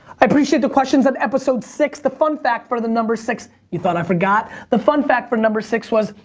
i appreciate the questions on and episode six, the fun fact for the number six you thought i forgot? the fun fact for number six was,